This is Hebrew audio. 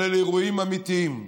אבל אלה אירועים אמיתיים.